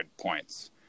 points